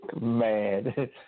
Man